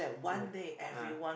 yeah ah